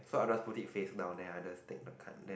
so I just put it face down then I just take the card there